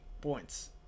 points